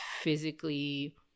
physically